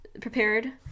prepared